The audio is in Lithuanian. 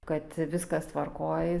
kad viskas tvarkoj